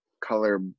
color